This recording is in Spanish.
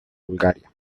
bulgaria